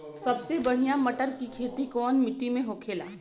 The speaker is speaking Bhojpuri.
सबसे बढ़ियां मटर की खेती कवन मिट्टी में होखेला?